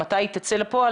מתי היא תצא לפועל.